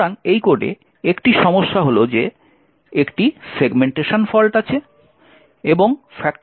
সুতরাং এই কোডে একটি সমস্যা হল যে একটি সেগমেন্টেশন ফল্ট আছে এবং 10